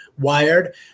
Wired